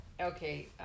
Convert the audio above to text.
Okay